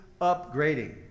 upgrading